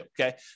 okay